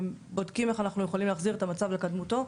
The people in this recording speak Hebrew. ובודקים איך אנחנו יכולים להחזיר את המצב לקדמותו,